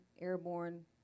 airborne